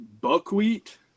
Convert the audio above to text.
buckwheat